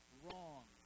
wrong